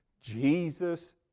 Jesus